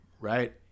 right